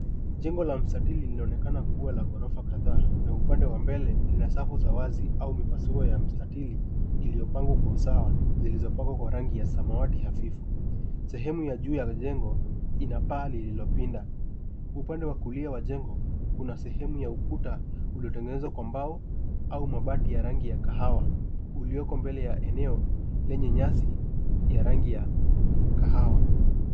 Jengo la mstatili linaonekana kuwa la ghorofa kadhaa na upande wa mbele lina safu za wazi au mipasuo ya msatili iliyopangwa kwa usawa zilizopakwa kwa rangi ya samawati hafifu. Sehemu ya juu ya jengo ina paa lilopinda. Upande wa kulia wa jengo kuna sehemu ya ukuta uliotengenezwa kwa mbao au mabati ya rangi ya kahawa ulioko mbele ya eneo lenye nyasi ya rangi ya kahawa.